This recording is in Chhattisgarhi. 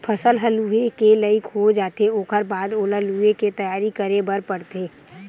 फसल ह लूए के लइक हो जाथे ओखर बाद ओला लुवे के तइयारी करे बर परथे